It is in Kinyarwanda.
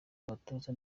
abatoza